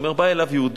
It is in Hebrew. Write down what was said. הוא אומר שבא אליו יהודי